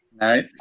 no